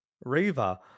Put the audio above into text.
Riva